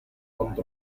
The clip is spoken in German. und